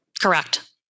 Correct